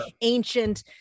ancient